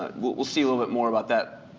ah we'll see a little bit more about that